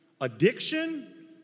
addiction